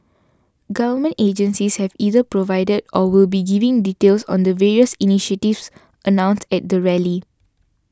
government agencies have either provided or will be giving details on the various initiatives announced at the rally